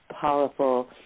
powerful